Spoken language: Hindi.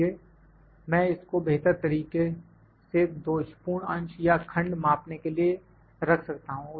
इसलिए मैं इस को बेहतर तरीके से दोषपूर्ण अंश या खंड मापने के लिए रख सकता हूं